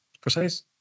Precise